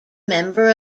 member